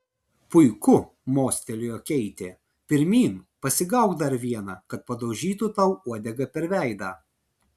puiku mostelėjo keitė pirmyn pasigauk dar vieną kad padaužytų tau uodega per veidą